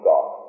God